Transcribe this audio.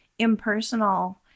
impersonal